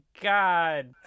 God